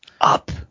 Up